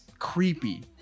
creepy